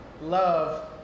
love